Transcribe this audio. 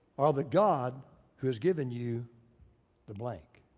or the god who has given you the blank.